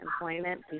employment